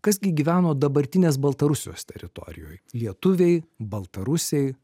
kas gi gyveno dabartinės baltarusijos teritorijoj lietuviai baltarusiai